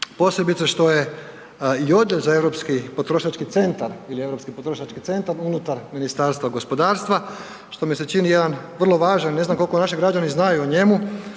posebice što je i odjel za europski potrošački centar ili Europski potrošački centar unutar Ministarstva gospodarstva što mi se čini jedan vrlo važan, ne znam koliko naši građani znaju o njemu,